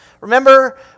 remember